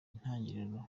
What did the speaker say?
intangiriro